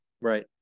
right